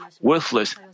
worthless